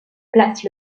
place